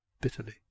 bitterly